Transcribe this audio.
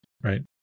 right